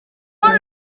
are